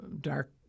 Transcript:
dark